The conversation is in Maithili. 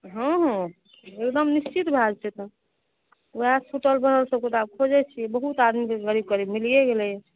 हँ हँ एकदम निश्चित भए जेतै तऽ वहए छुटल बढ़ल सबके तऽ आब खोजै छियै बहुत आदमीके करीब करीब मिलिये गेलै